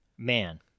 Man